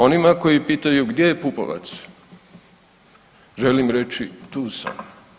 Onima koji pitaju gdje je Pupovac, želim reći, tu sam.